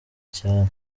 cyane